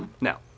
Now